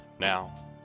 Now